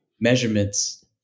measurements